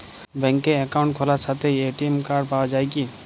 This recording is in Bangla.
ব্যাঙ্কে অ্যাকাউন্ট খোলার সাথেই এ.টি.এম কার্ড পাওয়া যায় কি?